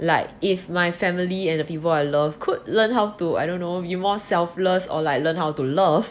like if my family and the people I love could learn how to I don't know be more selfless or like learn how to love